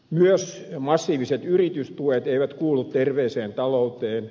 myöskään massiiviset yritystuet eivät kuulu terveeseen talouteen